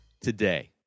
today